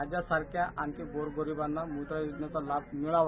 माझ्या सारख्या आणखी गोरगरीबांना मुद्रा योजनेचा लाभ मिळावा